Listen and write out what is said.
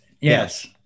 Yes